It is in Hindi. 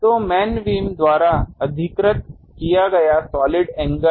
तो मेन बीम द्वारा अधिकृत किया गया सॉलिड एंगल